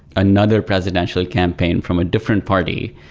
another presidential campaign from a different party,